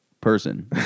Person